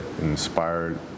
inspired